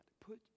Put